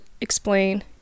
explain